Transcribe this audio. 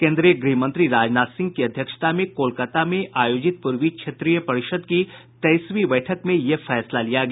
केन्द्रीय गृह मंत्री राजनाथ सिंह की अध्यक्षता में कोलकाता में आयोजित पूर्वी क्षेत्रीय परिषद् की तेईसवीं बैठक में यह फैसला लिया गया